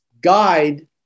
guide